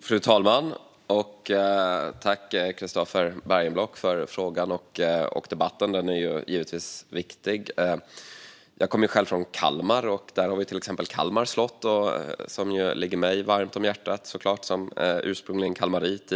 Fru talman! Tack, Christofer Bergenblock, för frågan och debatten! Den är givetvis viktig. Jag kommer själv från Kalmar, där vi har Kalmar slott. Som kalmarit till ursprunget ligger det mig såklart varmt om hjärtat.